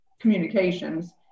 communications